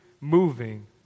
moving